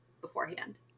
beforehand